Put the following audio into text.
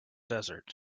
desert